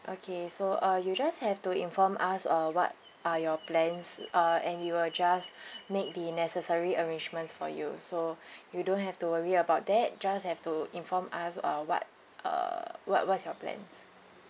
okay so uh you just have to inform us uh what are your plans uh and we will just make the necessary arrangements for you so you don't have to worry about that just have to inform us uh what err what what's your plans